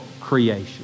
creation